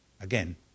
Again